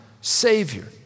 Savior